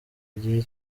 gihe